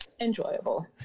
enjoyable